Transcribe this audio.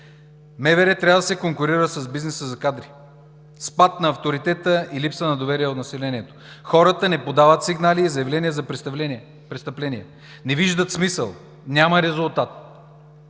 МВР трябва да се конкурира с бизнеса за кадри. Спад на авторитета и липса на доверие у населението. Хората не подават сигнали и изявления за престъпления, не виждат смисъл, няма резултат.